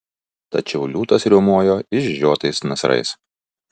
tačiau liūtas riaumojo išžiotais nasrais